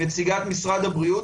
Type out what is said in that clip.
נציגת משרד הבריאות,